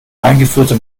eingeführte